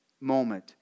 Moment